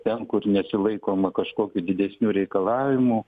ten kur nesilaikoma kažkokių didesnių reikalavimų